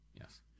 Yes